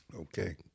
Okay